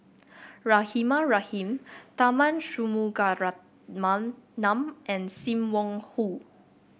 Rahimah Rahim Tharman Shanmugaratnam num and Sim Wong Hoo